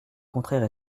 contraire